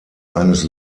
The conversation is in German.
eines